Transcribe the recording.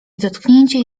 dotknięcie